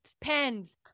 pens